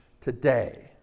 today